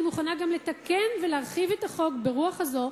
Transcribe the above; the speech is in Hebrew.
אני מוכנה גם לתקן ולהרחיב את החוק ברוח הזאת,